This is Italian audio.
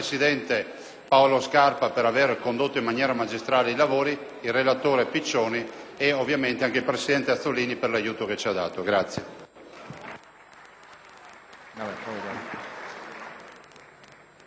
Buora per aver condotto in modo magistrale i lavori, il relatore Piccioni e, ovviamente, anche il presidente Azzollini per l'aiuto che ci ha dato.